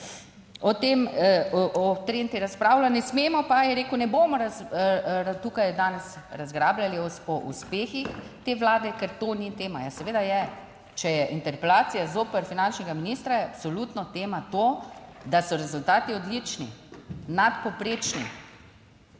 Janše, o Trenti razpravlja, ne smemo pa je rekel ne bomo tukaj danes razglabljali uspehih te vlade, ker to ni tema. Ja, seveda je, če je interpelacija zoper finančnega ministra je absolutno tema to, da so rezultati odlični, nadpovprečni,